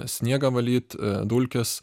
sniegą valyt dulkes